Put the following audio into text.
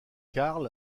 carl